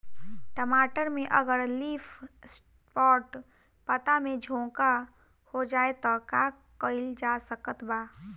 टमाटर में अगर लीफ स्पॉट पता में झोंका हो जाएँ त का कइल जा सकत बा?